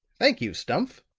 thank you, stumph,